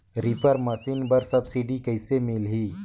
Reaper machine बर subsidy कइसे मिलही?